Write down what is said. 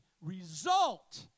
result